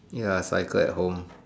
ya I cycle at home